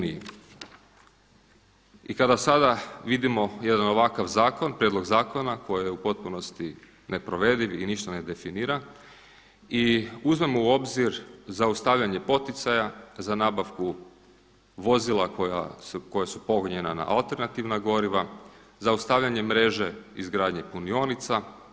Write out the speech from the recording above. I kada sada vidimo jedan ovakav prijedlog zakona koji je u potpunosti nepovrediv i ništa ne definira i uzmemo u obzir zaustavljanje poticaja za nabavku vozila koja su upogonjena na alternativna goriva, zaustavljanje mreže izgradnje punionica.